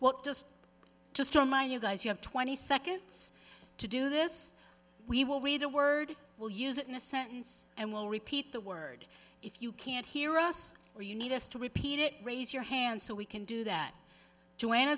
what just just a minute guys you have twenty seconds to do this we will read a word will use it in a sentence and will repeat the word if you can't hear us or you need us to repeat it raise your hand so we can do that too and